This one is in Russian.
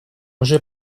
уже